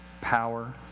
power